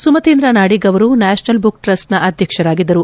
ಸುಮತೀಂದ್ರ ನಾಡಿಗ್ ಅವರು ನ್ವಾಪನಲ್ ಬುಕ್ಟ್ರಸ್ಟನ ಅಧ್ಯಕ್ಷರಾಗಿದ್ದರು